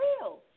real